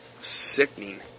Sickening